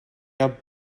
are